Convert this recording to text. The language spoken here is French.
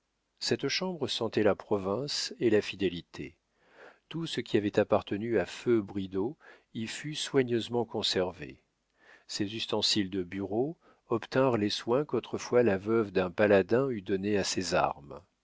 cette chambre sentait la province et la fidélité tout ce qui avait appartenu à feu bridau y fut soigneusement conservé ses ustensiles de bureau obtinrent les soins qu'autrefois la veuve d'un paladin eût donnés à ses armes